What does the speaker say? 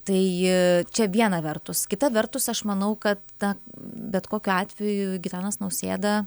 tai čia viena vertus kita vertus aš manau kad ta bet kokiu atveju gitanas nausėda